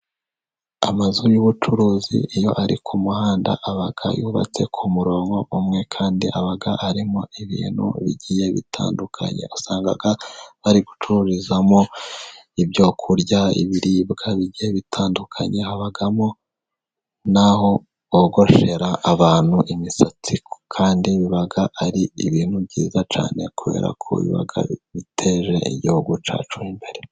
Amazu y'ubucuruzi iyo ari ku muhanda, aba yubatse ku murongo umwe, kandi aba arimo ibintu bigiye bitandukanye wasanga bari gucururizamo ibyo kurya ibiribwa bigiye bitandukanye, habamo n'aho bogoshera abantu imisatsi, kandi biba ari ibintu byiza cyane kubera ko biba biteje igihugu cyacu imbere.